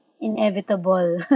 inevitable